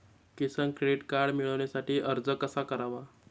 किसान credit card मिळवण्यासाठी अर्ज कसा करावा?